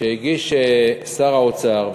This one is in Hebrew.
שהגיש שר האוצר.